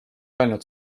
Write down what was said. öelnud